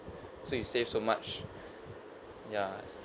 so you save so much ya it's